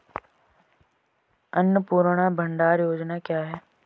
अन्नपूर्णा भंडार योजना क्या है?